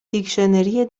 دیکشنری